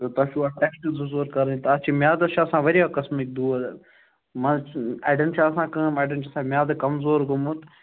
تہٕ تۄہہِ چھُو اَتھ ٹٮ۪سٹ زٕ ژور کَرٕنۍ تَتھ چھِ میٛادَس چھِ آسان واریاہ قٕسمٕکۍ دود منٛزٕ اَڑٮ۪ن چھِ آسان کٲم اَڑٮ۪ن چھُِ آسان میٛادٕ کمزور گوٚمُت